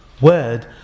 word